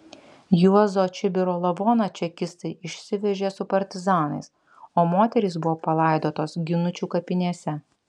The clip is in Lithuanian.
juozo čibiro lavoną čekistai išsivežė su partizanais o moterys buvo palaidotos ginučių kapinėse